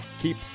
Keep